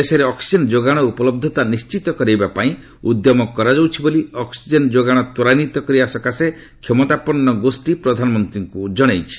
ଦେଶରେ ଅକ୍ଟିଜେନ ଯୋଗାଣ ଓ ଉପଲବ୍ଧତା ନିଶ୍ଚିତ କରିବା ପାଇଁ ଉଦ୍ୟମ କରାଯାଉଛି ବୋଲି ଅକ୍ନିଜେନ ଯୋଗାଣ ତ୍ୱରାନ୍ୱିତ କରିବା ପାଇଁ କ୍ଷମତାପନ୍ନ ଗୋଷ୍ଠୀ ପ୍ରଧାନମନ୍ତ୍ରୀଙ୍କୁ ଜଣାଇଛନ୍ତି